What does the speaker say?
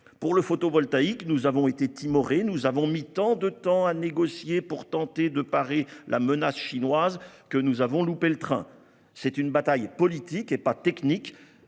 Sur le photovoltaïque, nous avons été timorés. Nous avons mis tellement de temps à négocier pour tenter de parer la menace chinoise que nous avons raté le train. C'est une bataille politique, et non pas technique.